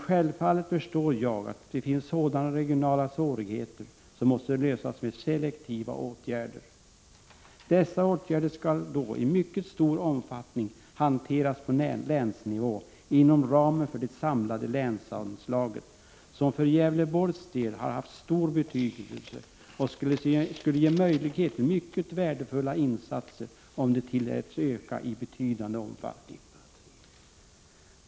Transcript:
Självfallet förstår jag att det finns sådana regionala problem som måste lösas genom selektiva åtgärder. I fråga om sådana åtgärder skall hanteringen i mycket stor utsträckning ske på länsnivå, inom ramen för det samlade länsanslaget som för Gävleborgs del haft stor betydelse och som skulle ge möjlighet till mycket värdefulla insatser om det tilläts öka i betydande omfattning.